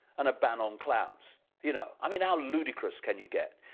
and a ban on clouds, you know i mean how ludicrous can you get?